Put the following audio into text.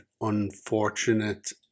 unfortunate